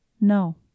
no